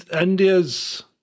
India's